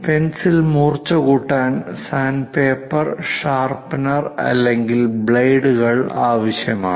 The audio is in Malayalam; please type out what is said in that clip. പെൻസിൽ മൂർച്ച കൂട്ടാൻ സാൻഡ്പേപ്പർ ഷാർപ്നർ അല്ലെങ്കിൽ ബ്ലേഡുകൾ ആവശ്യമാണ്